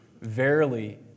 Verily